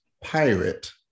Pirate